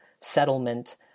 settlement